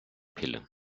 pille